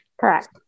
Correct